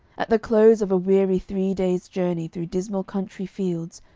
at the close of a weary three-days' journey through dismal country fields,